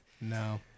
No